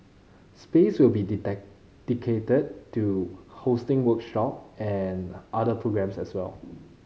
space will be to hosting workshop and other programmes as well